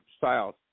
south